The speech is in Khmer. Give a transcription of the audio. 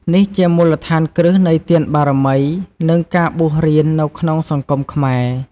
នេះជាមូលដ្ឋានគ្រឹះនៃទានបារមី និងការបួសរៀននៅក្នុងសង្គមខ្មែរ។